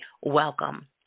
welcome